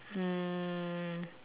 um